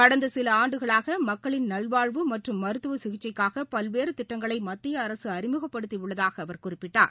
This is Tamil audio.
கடந்தசில ஆண்டுகளாகமக்களின் நல்வாழ்வு மற்றும் மருத்துவசிகிச்சைக்காகபல்வேறுதிட்டங்களைமத்தியஅரசுஅறிமுகப்படுத்திஉள்ளதாகஅவர் குறிப்பிட்டார்